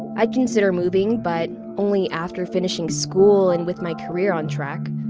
i'd consider moving but only after finishing school and with my career on track.